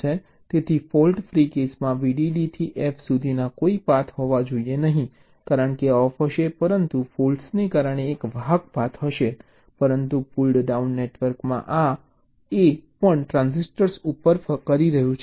તેથી fault free કેસમાં VDD થી F સુધીનો કોઈ પાથ હોવો જોઈએ નહીં કારણ કે આ ઑફ હશે પરંતુ ફૉલ્ટ્ને કારણે એક વાહક પાથ હશે પરંતુ પુલ્ડ ડાઉન નેટવર્કમાં આ A પણ આ ટ્રાન્ઝિસ્ટર ઉપર ફરી રહ્યું છે